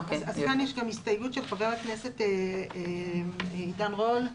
כאן יש הסתייגות של חבר הכנסת עידן רול.